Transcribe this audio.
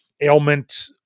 ailment